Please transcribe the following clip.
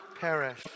perish